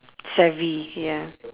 savvy ya